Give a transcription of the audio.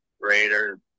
Raiders